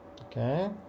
okay